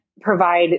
provide